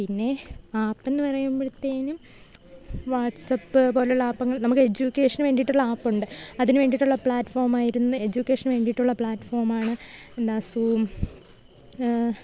പിന്നെ ആപ്പെന്ന് പറയുമ്പഴ്ത്തേനും വാട്സപ്പ് പോലുള്ള ആപ്പ് നമുക്ക് എഡ്യൂക്കേഷന് വേണ്ടിയിട്ടുള്ള ആപ്പുണ്ട് അതിന് വേണ്ടിയിട്ടുള്ള പ്ലാറ്റ്ഫോമായിരുന്നു എഡ്യൂക്കേഷന് വേണ്ടിയിട്ടുള്ള പ്ലാറ്റ്ഫോമാണ് എന്താ സൂം